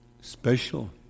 special